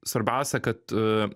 svarbiausia kad